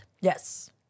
Yes